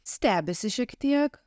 stebisi šiek tiek